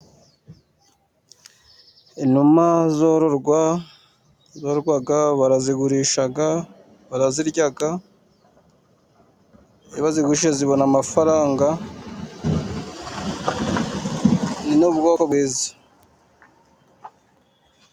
Inuma zororwa barazigurisha, barazirya. Iyo azigushije zibona amafaranga ni n'ubwoko bwiza.